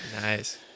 Nice